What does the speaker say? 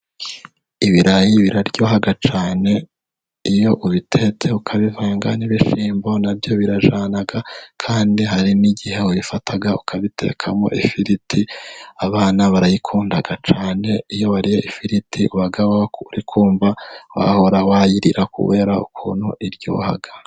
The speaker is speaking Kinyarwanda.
Ibirayi biraryoha cyane. Iyo ubitetse ukabivanga n'ibishyimbo na byo birajyana, kandi hari n'igihe ubifata ukabitekamo ifiriti, abana barayikunda cyane. Iyo bariye ifiriti bakumva bahora barayirya kubera ukuntu iryohaga